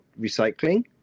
recycling